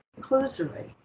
conclusory